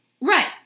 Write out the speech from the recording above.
Right